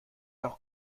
doch